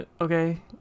okay